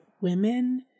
women